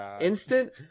instant